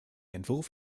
entwurf